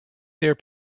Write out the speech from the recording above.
their